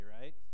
right